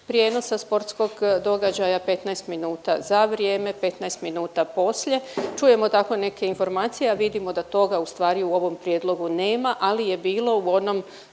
prijenosa sportskog događaja, 15 minuta za vrijeme 15 minuta poslije čujemo i tako neke informacije, a vidimo da toga ustvari u ovom prijedlogu nema, ali je bilo u onom